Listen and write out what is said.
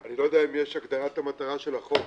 אני לא יודע אם יש הגדרת מטרה של החוק.